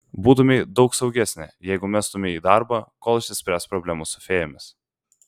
būtumei daug saugesnė jeigu mestumei darbą kol išsispręs problemos su fėjomis